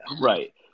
right